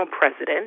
president